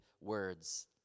words